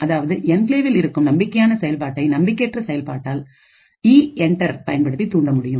அதாவது என்கிளேவ்இல் இருக்கும் நம்பிக்கையான செயல்பாட்டை நம்பிக்கையற்ற செயல்பாட்டால் இஎன்டர் பயன்படுத்தி தூண்ட முடியும்